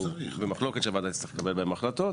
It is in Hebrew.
במחלוקת שהוועדה תצטרך לקבל בהן החלטות.